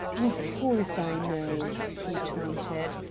of course i know, he taunted.